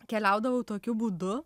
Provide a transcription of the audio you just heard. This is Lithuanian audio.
keliaudavau tokiu būdu